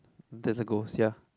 doesn't go sia